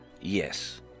Yes